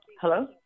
Hello